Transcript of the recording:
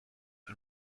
and